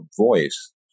voice